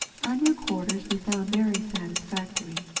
our new quarters we found very satisfactory.